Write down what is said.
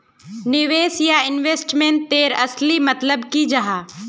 निवेश या इन्वेस्टमेंट तेर असली मतलब की जाहा?